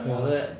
ya